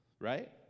right